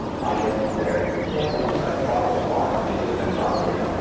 my guest declared, sampling the fresh bottle of wine which had just been brought to him,